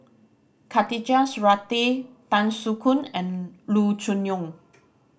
Khatijah Surattee Tan Soo Khoon and Loo Choon Yong